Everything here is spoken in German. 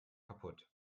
kaputt